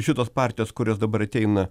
šitos partijos kurios dabar ateina